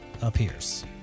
appears